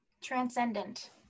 Transcendent